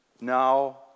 now